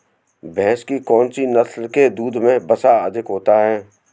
भैंस की कौनसी नस्ल के दूध में वसा अधिक होती है?